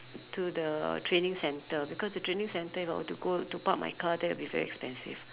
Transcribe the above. to the training centre because the training centre if I were to go to park my car that will be very expensive